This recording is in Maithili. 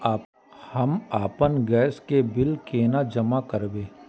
हम आपन गैस के बिल केना जमा करबे?